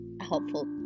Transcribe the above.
helpful